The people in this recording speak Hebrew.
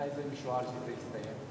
מתי משוער שזה יסתיים?